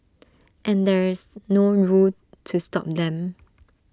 and there's no rule to stop them